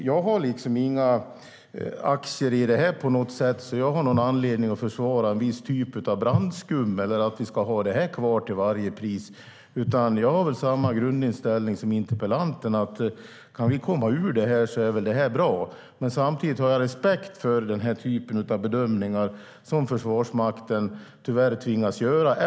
Jag har inga aktier i det här på något sätt och därmed ingen anledning att försvara en viss typ av brandskum eller att vi ska ha det här kvar till varje pris. Jag har i stället samma grundinställning som interpellanten, det vill säga att det är bra om vi kan komma ur detta. Samtidigt har jag respekt för den typ av bedömningar som Försvarsmakten tyvärr tvingas göra.